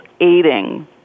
aiding